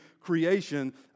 creation